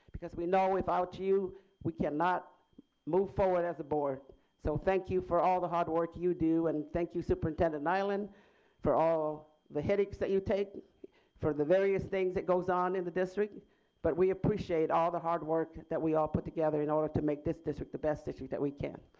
because we know without you you we cannot move forward as a board so thank you for all the hard work you do and and thank you superintendent nyland for all the headaches that you take for the various things that go on in the district but we appreciate all the hard work that we all put together in order to make this the best district that we can.